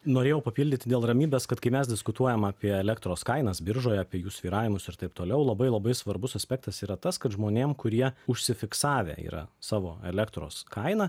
norėjau papildyti dėl ramybės kad kai mes diskutuojam apie elektros kainas biržoj apie jų svyravimus ir taip toliau labai labai svarbus aspektas yra tas kad žmonėm kurie užsifiksavę yra savo elektros kainą